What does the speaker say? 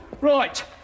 Right